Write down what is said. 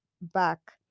back